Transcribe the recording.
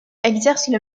exercent